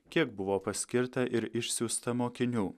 kiek buvo paskirta ir išsiųsta mokinių